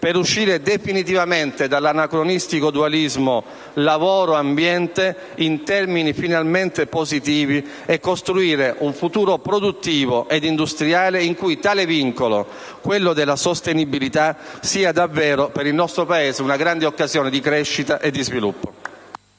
per uscire definitivamente dall'anacronistico dualismo lavoro-ambiente in termini finalmente positivi e costruire un futuro produttivo ed industriale in cui il vincolo, della sostenibilità sia davvero per il nostro Paese una grande occasione di crescita e sviluppo.